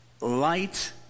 light